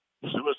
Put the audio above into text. Suicide